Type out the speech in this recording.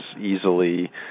easily